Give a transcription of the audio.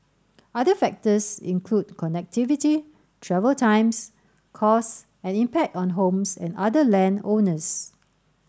other factors include connectivity travel times costs and impact on homes and other land owners